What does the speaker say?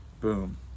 boom